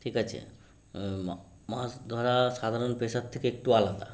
ঠিক আছে মাছ ধরা সাধারণ পেশার থেকে একটু আলাদা